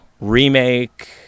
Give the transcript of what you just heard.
remake